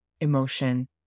emotion